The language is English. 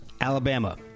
Alabama